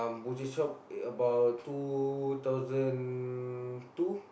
butcher shop about two thousand two